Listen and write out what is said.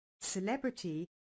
celebrity